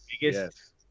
yes